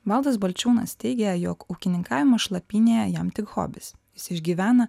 valdas balčiūnas teigė jog ūkininkavimo šlapynėje jam tik hobis jis išgyvena